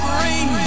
rain